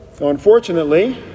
Unfortunately